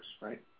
Right